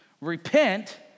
Repent